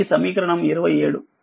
ఇది సమీకరణం 27